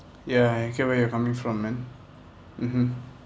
ya I get where you coming from man mmhmm